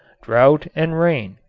drought and rain,